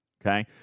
Okay